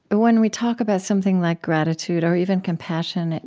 when we talk about something like gratitude or even compassion,